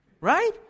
Right